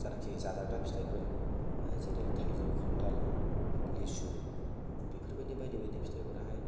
जायनाखि जाजाग्रा फिथायफोर जेरै थाइजौ खान्थाल लिसु बेफोर बादि बायदि बायदि फिथायफोराहाय